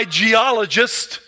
geologist